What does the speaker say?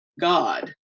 God